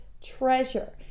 treasure